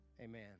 Amen